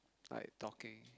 like talking